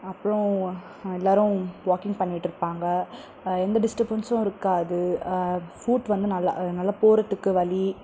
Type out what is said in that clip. அப்புறம் எல்லோரும் வாக்கிங் பண்ணிட்டு இருப்பாங்கள் எந்த டிஸ்ட்டப்பன்ஸ்சும் இருக்காது ஃபூட் வந்து நல்ல நல்லா போகிறதுக்கு வழி